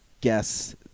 guess